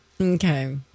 Okay